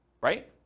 right